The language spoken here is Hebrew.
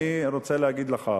אני רוצה להגיד לך,